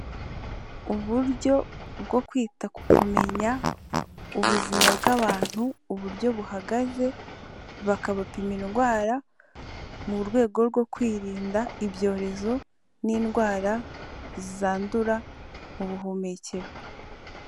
Uburyo bwo kwita ku kumenya ubuzima bw'abantu, uburyo buhagaze, bakabapima indwara mu rwego rwo kwirinda ibyorezo n'indwara zandura mu buhumekero.